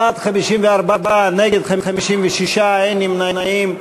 בעד, 54, נגד, 56, אין נמנעים.